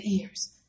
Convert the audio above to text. ears